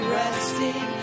resting